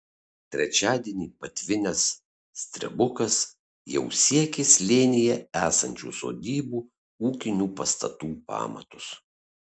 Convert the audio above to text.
trečiadienį patvinęs strebukas jau siekė slėnyje esančių sodybų ūkinių pastatų pamatus